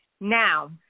now